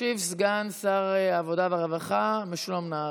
ישיב סגן שר העבודה והרווחה משולם נהרי.